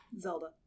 Zelda